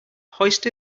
hoist